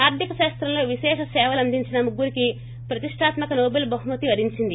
ఆర్గిక శాస్తంలో విశేష సేవలందించిన ముగ్గురికి ప్రతిష్టాత్మక నోబెల్ బహుమతి వరించింది